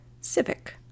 civic